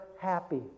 happy